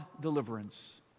deliverance